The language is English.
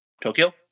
Tokyo